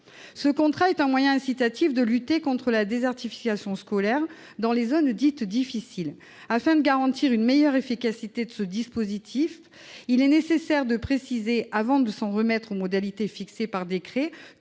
Ce contrat est un moyen incitatif de lutter contre la désertification scolaire dans les zones dites difficiles. En vue de garantir une meilleure efficacité de ce dispositif, il est nécessaire de préciser, avant de s'en remettre aux modalités fixées par décret,